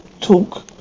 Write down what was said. talk